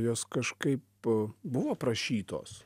jos kažkaip buvo aprašytos